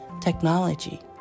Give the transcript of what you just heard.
technology